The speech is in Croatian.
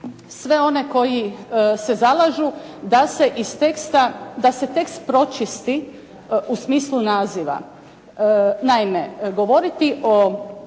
da se iz teksta, da se tekst pročisti u smislu naziva.